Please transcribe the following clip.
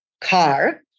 car